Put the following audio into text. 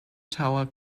tower